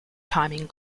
timing